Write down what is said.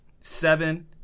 seven